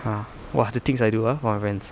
ha !wah! the things I do !huh! for my friends